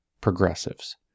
progressives